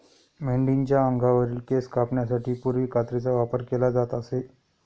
मेंढीच्या अंगावरील केस कापण्यासाठी पूर्वी कात्रीचा वापर केला जात असे